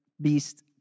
beast